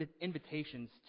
invitations